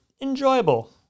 enjoyable